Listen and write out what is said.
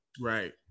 Right